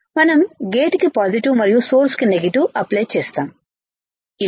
మనం గేట్ కి పాజిటివ్ మరియు సోర్స్ కి నెగటివ్ అప్లై చేస్తాము ఇలా